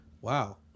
Wow